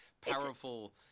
powerful